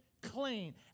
clean